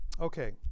Okay